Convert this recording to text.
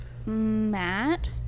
Matt